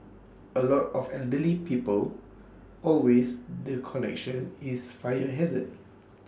A lot of elderly people always the connection is fire hazard